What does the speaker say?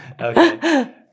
Okay